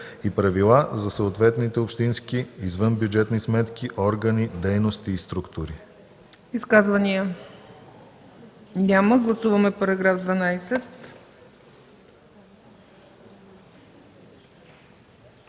и правила за съответните общински извънбюджетни сметки, органи, дейности и структури.“